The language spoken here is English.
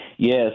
Yes